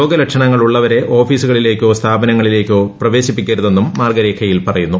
രോഗലക്ഷണങ്ങൾ ഉള്ളവരെ ഓഫീസുകളിലേക്കോ സ്ഥാപനങ്ങളിലേക്കോ പ്രവേശിപ്പിക്കരുതെന്നും മാർഗ്ഗുരേഖയിൽ പറയുന്നു